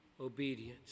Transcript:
obedience